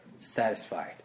satisfied